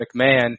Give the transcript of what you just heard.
mcmahon